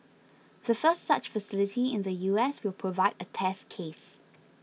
the first such facility in the U S will provide a test case